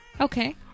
Okay